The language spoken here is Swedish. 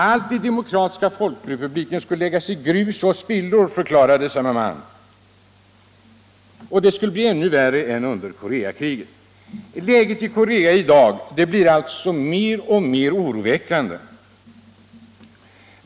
Allt i Demokratiska folkrepubliken skulle läggas i grus och spillror, förklarade samme man; det skulle bli ännu värre än under Koreakriget. Läget i Korea blir alltså mer och mer oroväckande.